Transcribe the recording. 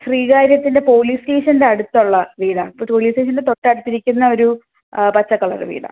ശ്രീകാര്യത്തിൻ്റെ police സ്റ്റേഷൻ്റെ അടുത്തുള്ള വീടാണ് ഇപ്പം പോലീസ് സ്റ്റേഷൻ്റെ തൊട്ടടുത്തിരിക്കുന്ന ഒരു ആ പച്ച കളറ് വീടാണ്